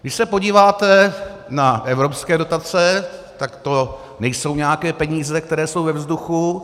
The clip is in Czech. Když se podíváte na evropské dotace, tak to nejsou nějaké peníze, které jsou ve vzduchu.